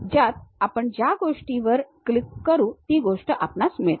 ज्यात आपण ज्या गोष्टीवर क्लिक करू ती गोष्ट आपणास मिळते